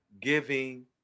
giving